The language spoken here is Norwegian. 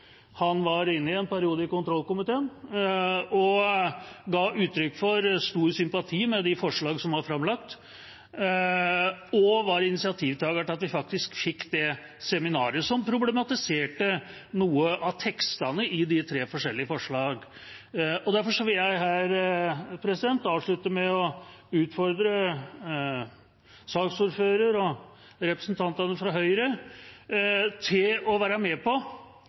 i en periode var inne i kontrollkomiteen. Han ga uttrykk for stor sympati med de forslagene som var framlagt, og var initiativtaker til at vi faktisk fikk det seminaret, som problematiserte noe av teksten i de tre forskjellige forslagene. Derfor vil jeg her avslutte med å utfordre saksordføreren og representantene fra Høyre til å være med på